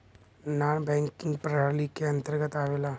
नानॅ banking प्रणाली के अंतर्गत आवेला